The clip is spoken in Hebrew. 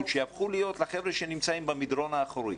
הפכו להיות מדרון אחורי,